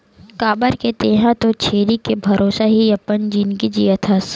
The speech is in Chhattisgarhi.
काबर के तेंहा तो छेरी के भरोसा ही अपन जिनगी जियत हस